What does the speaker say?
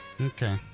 Okay